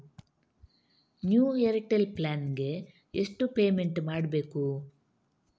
New Airtel plan ಗೆ ಎಷ್ಟು payment ಮಾಡ್ಬೇಕು?